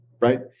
right